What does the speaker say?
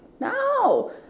No